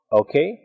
okay